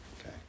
Okay